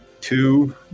two